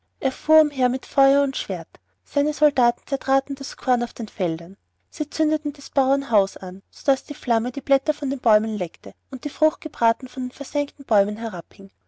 fuhr umher mit feuer und schwert seine soldaten zertraten das korn auf den feldern sie zündeten des bauern haus an sodaß die flamme die blätter von den bäumen leckte und die frucht gebraten von den versengten bäumen herabhing